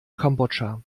kambodscha